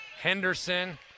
Henderson